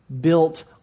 built